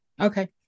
Okay